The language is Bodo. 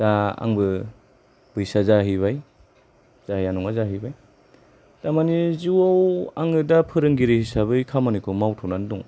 दा आंबो बैसोआ जाहैबाय जाया नङा जाहैबाय थारमाने जिउआव आङो दा फोरोंगिरि हिसाबै खामानिखौ मावथ'नानै दं